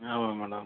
ஆமாம் மேடம்